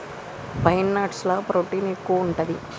pine nuts ల protein ఎక్కువు ఉంటది